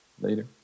Later